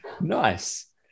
Nice